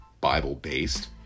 Bible-based